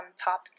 top